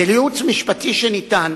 של ייעוץ משפטי שניתן